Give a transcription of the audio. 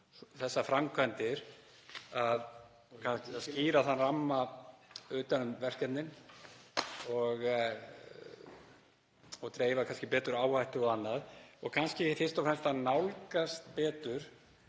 þessar framkvæmdir, að skýra rammann utan um verkefnin og dreifa kannski betur áhættu og öðru og kannski fyrst að fremst að nálgast betur